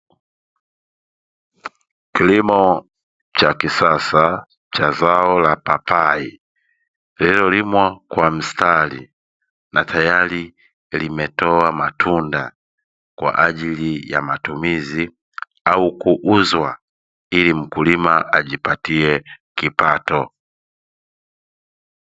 Kilimo cha kisasa cha zao la papai, lililolimwa kwa msitari na tayari limetoa matunda, kwa ajili ya matumizi au kuuzwa, ili mkulima ajipatie kipato.